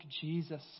Jesus